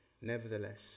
Nevertheless